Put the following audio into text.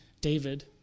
David